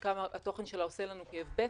עד כמה התוכן שלנו עושה לנו כאב בטן.